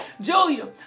Julia